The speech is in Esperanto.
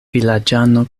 vilaĝano